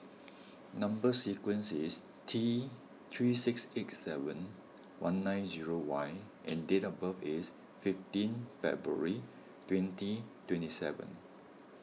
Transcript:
Number Sequence is T three six eight seven one nine zero Y and date of birth is fifteen February twenty twenty seven